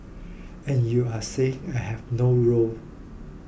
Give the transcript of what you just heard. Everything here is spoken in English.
and you are saying I have no role